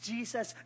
Jesus